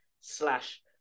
slash